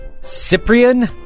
Cyprian